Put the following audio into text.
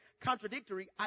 contradictory